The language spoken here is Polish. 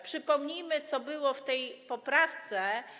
Przypomnijmy, co było w tej poprawce.